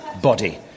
body